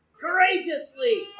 Courageously